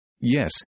Yes